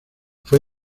fue